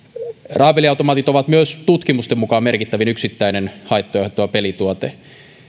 rahapeliautomaatit ovat myös tutkimusten mukaan merkittävin yksittäinen haittoja aiheuttava pelituote